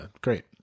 Great